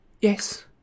Yes